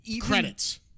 Credits